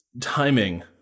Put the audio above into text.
timing